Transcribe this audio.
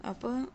apa